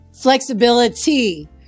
Flexibility